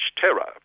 terror